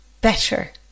better